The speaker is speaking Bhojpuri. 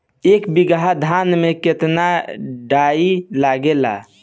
एक बीगहा धान में केतना डाई लागेला?